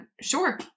sure